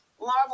Marvel